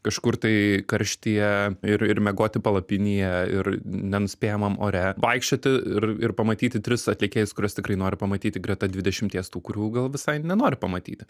kažkur tai karštyje ir ir miegoti palapinėje ir nenuspėjamam ore vaikščioti ir ir pamatyti tris atlikėjus kuriuos tikrai nori pamatyti greta dvidešimties tų kurių gal visai nenori pamatyti